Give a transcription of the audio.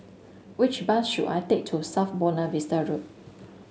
which bus should I take to South Buona Vista Road